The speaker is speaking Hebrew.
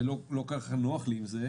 ולא כל כך נוח לי עם זה,